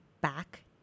back